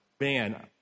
man